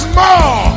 more